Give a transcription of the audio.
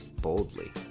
boldly